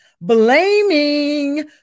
Blaming